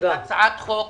הצעת החוק